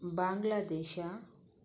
Bangladesh